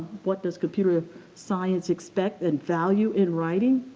what does computer science expect and value in writing?